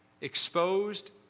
Exposed